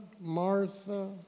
Martha